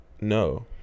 no